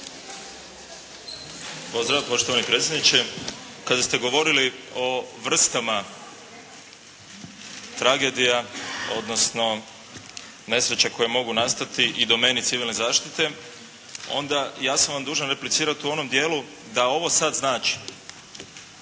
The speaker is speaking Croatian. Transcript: Pozdrav poštovani predsjedniče. Kada ste govorili o vrstama tragedija, odnosno nesreće koje mogu nastati i domeni civilne zaštite, onda ja sam vam dužan replicirati u onom dijelu da ovo sad znači